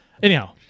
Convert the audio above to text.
Anyhow